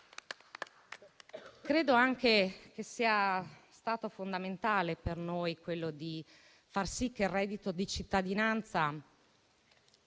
Credo che sia stato fondamentale per noi anche far sì che il reddito di cittadinanza